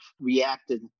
reacted